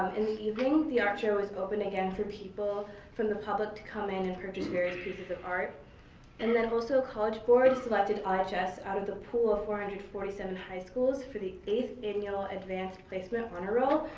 and the evening, the art show was open again for people from the public to come in and purchase various pieces of art and then also college board selected ah lhs out of the pool of four hundred and forty seven high schools for the eighth annual advanced placement honor roll.